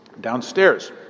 downstairs